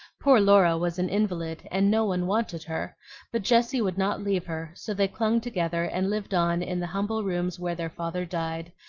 poor laura was an invalid, and no one wanted her but jessie would not leave her, so they clung together and lived on in the humble rooms where their father died,